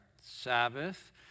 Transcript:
Sabbath